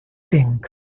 think